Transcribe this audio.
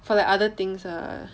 for like other things ah